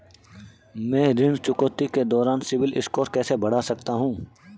मैं ऋण चुकौती के दौरान सिबिल स्कोर कैसे बढ़ा सकता हूं?